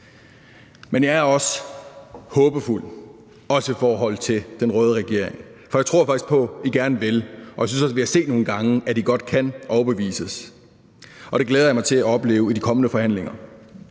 Men jeg er også håbefuld, også i forhold til den røde regering, for jeg tror faktisk på, at I gerne vil, og jeg synes også, at vi har set nogle gange, at I godt kan overbevises. Det glæder jeg mig til at opleve i de kommende forhandlinger.